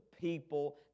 people